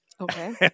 Okay